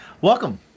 Welcome